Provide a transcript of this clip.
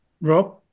rob